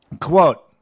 quote